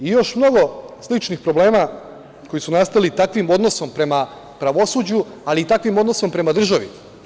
I još mnogo sličnih problema koji su nastali takvim odnosom prema pravosuđu, ali i takvim odnosom prema državi.